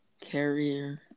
Carrier